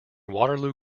waterloo